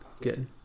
Good